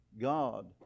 God